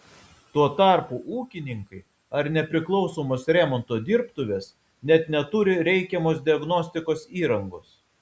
tuo tarpu ūkininkai ar nepriklausomos remonto dirbtuvės net neturi reikiamos diagnostikos įrangos